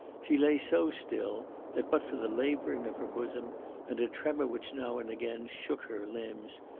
she lay so still that, but for the labouring of her bosom and a tremor which now and again shook her limbs,